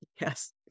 Yes